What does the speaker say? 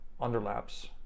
underlaps